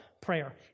prayer